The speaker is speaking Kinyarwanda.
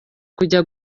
kujya